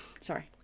Sorry